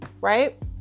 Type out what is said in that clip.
right